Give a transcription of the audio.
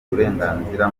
uburenganzira